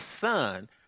son